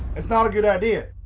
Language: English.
not a good idea.